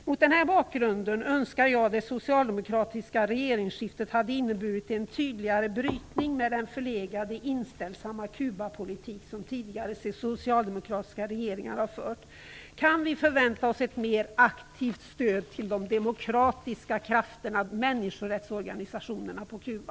Mot den här bakgrunden önskar jag att det socialdemokratiska regeringsskiftet hade inneburit en tydligare brytning med den förlegade och inställsamma Kubapolitik som tidigare socialdemokratiska regeringar har fört. Kan vi förvänta oss ett mer aktivt stöd till de demokratiska krafterna och människorättsorganisationerna på Kuba?